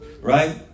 right